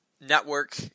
network